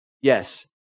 Yes